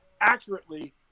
accurately